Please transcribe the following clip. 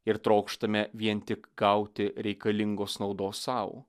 ir trokštame vien tik gauti reikalingos naudos sau